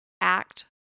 act